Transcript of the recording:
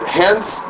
hence